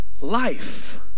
life